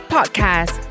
Podcast